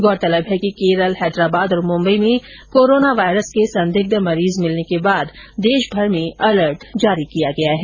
गौरतलब है कि केरल हैदराबाद और मुम्बई में कोरोना वायरस के संदिग्ध मरीज मिलने के बाद देशभर में अलर्ट जारी कर दिया गया है